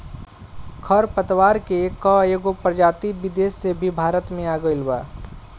खर पतवार के कएगो प्रजाति विदेश से भी भारत मे आ गइल बा